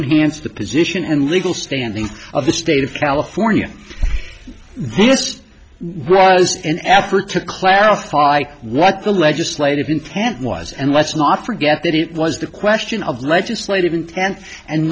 enhance the position and legal standing of the state of california this was an effort to clarify what the legislative intent was and let's not forget that it was the question of legislative intent and